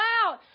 out